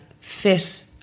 fit